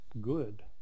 good